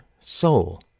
soul